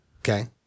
Okay